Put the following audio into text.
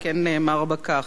על כן נאמר בה כך: